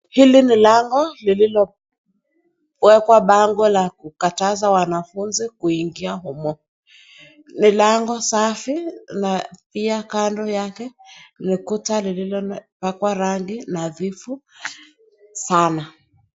Hili ni lango lililowekwa bango la kukataza wanafunzi kuingia humo. Ni lango safi na pia kando yake ni kuta lililopakwa rangi nadhifu sana.